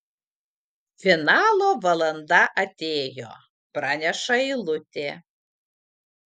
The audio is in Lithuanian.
finalo valanda atėjo praneša eilutė